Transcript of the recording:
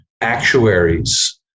actuaries